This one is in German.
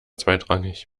zweitrangig